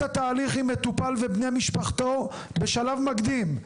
התהליך עם מטופל ובני משפחתו בשלב מקדים,